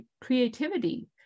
creativity